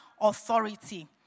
authority